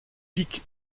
pic